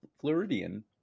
Floridian